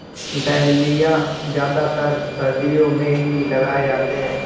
dahlia ज्यादातर सर्दियो मे ही लगाये जाते है